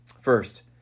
first